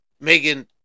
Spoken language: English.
Megan